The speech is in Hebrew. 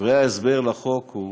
דברי ההסבר לחוק: